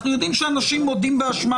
אנחנו יודעים שלפעמים אנשים מודים באשמה